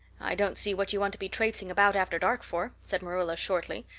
i don't see what you want to be traipsing about after dark for, said marilla shortly.